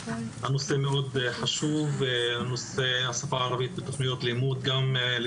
הנושא של השפה הערבית בתוכניות לימוד מאוד חשוב